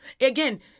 Again